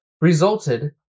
resulted